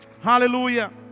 Hallelujah